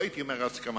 לא הייתי אומר הסכמה.